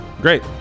great